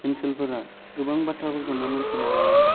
ओनसोलफोरा गोबां बाथ्राखौनो मिथिनो हाया